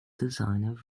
designer